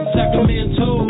Sacramento